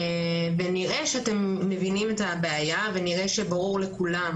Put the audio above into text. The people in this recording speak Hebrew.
נראה שאתם מבינים את הבעיה ונראה שברור לכולם